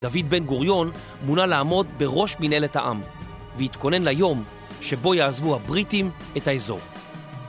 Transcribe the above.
דוד בן-גוריון מונה לעמוד בראש מנהלת העם והתכונן ליום שבו יעזבו הבריטים את האזור.